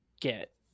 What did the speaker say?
get